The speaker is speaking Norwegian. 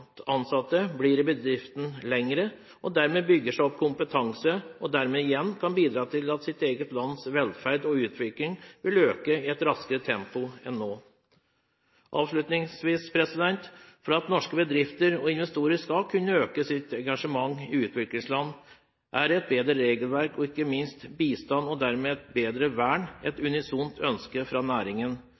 ansatte blir i bedriften lenger og dermed bygger seg opp kompetanse, noe som igjen kan bidra til at deres eget lands velferd og utvikling vil øke i et raskere tempo enn nå. Avslutningsvis: For at norske bedrifter og investorer skal kunne øke sitt engasjement i utviklingsland, er et bedre regelverk og ikke minst bistand og dermed et bedre vern et unisont ønske fra næringen.